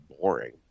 boring